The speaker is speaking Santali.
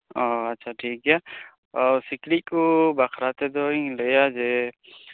ᱚᱻ ᱟᱪᱪᱷᱟ ᱴᱷᱤᱠ ᱜᱮᱭᱟ ᱚᱻ ᱥᱤᱠᱲᱤᱡ ᱠᱚ ᱵᱟᱠᱷᱨᱟ ᱛᱮᱫᱚ ᱤᱧ ᱞᱟᱹᱭᱟ ᱡᱮ